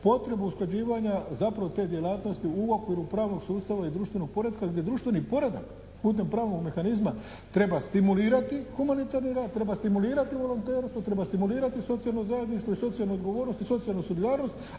potrebu usklađivanja zapravo te djelatnosti u okviru pravnog sustava i društvenog poretka gdje društveni poredak putem pravnog mehanizma treba stimulirati humanitarni rad, treba stimulirati volontere, to treba stimulirati socijalno zajedništvo i socijalnu odgovornost i socijalnu solidarnost,